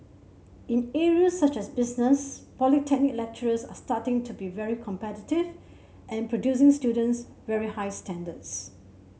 in areas such as business polytechnic lecturers are starting to be very competitive and producing students very high standards